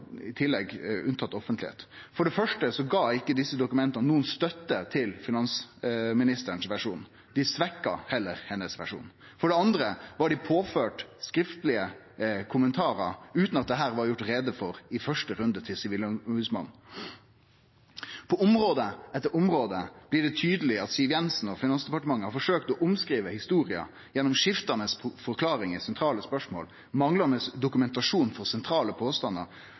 første gav ikkje desse dokumenta nokon støtte til versjonen til finansministeren, dei svekte heller versjonen hennar. For det andre var dei påførte skriftlege kommentarar, utan at dette var gjort greie for i første runde til Sivilombodsmannen. På område etter område blir det tydeleg at Siv Jensen og Finansdepartementet har forsøkt å omskrive historia gjennom skiftande forklaringar i sentrale spørsmål, manglande dokumentasjon for sentrale påstandar